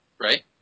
right